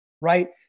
right